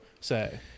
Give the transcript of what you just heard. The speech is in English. say